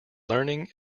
learning